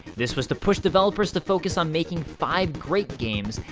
this was to push developers to focus on making five great games,